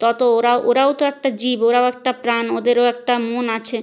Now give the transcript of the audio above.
তত ওরাও ওরাও তো একটা জীব ওরাও একটা প্রাণ ওদেরও একটা মন আছে